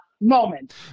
moment